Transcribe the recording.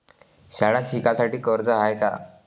शाळा शिकासाठी कर्ज हाय का?